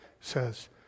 says